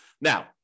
Now